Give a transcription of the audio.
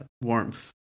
warmth